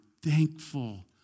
thankful